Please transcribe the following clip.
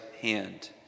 hand